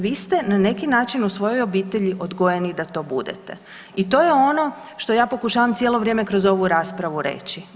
Vi ste na neki način u svojoj obitelji odgojeni da to budete i to je ono što ja pokušavam cijelo vrijeme kroz ovu raspravu reći.